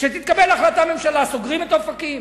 שתתקבל החלטת ממשלה: סוגרים את אופקים.